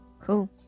Cool